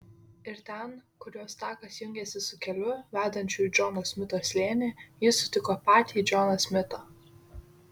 ir ten kur jos takas jungėsi su keliu vedančiu į džono smito slėnį ji sutiko patį džoną smitą